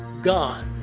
gone!